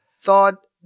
thought